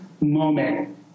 moment